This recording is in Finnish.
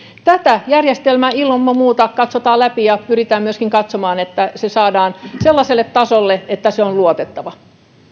tätä järjestelmää ilman muuta katsotaan läpi ja pyritään myöskin katsomaan että se saadaan sellaiselle tasolle että se on luotettava